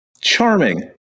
Charming